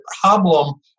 problem